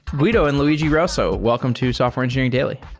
guido and luigi rosso, welcome to software engineering daily